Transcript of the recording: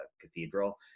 cathedral